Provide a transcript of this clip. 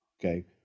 Okay